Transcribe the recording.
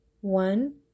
One